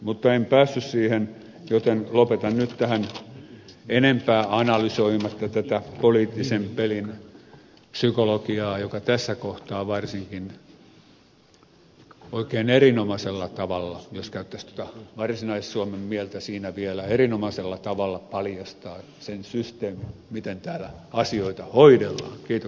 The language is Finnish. mutta en päässyt siihen joten lopetan nyt tähän enempää analysoimatta tätä poliittisen pelin psykologiaa joka varsinkin tässä kohtaa oikein erinomaisella tavalla jos käyttäisi tuota varsinais suomen mieltä siinä vielä paljastaa sen systeemin miten täällä asioita hoidellaan